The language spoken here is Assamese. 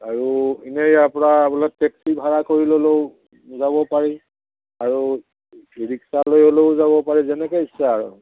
আৰু এনেই আপোনৰ বোলে টেক্সি ভাড়া কৰি ল'লেও যাব পাৰি আৰু ৰিক্সা লৈ হ'লেও যাব পাৰি যেনেকে ইচ্ছা আৰু